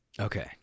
Okay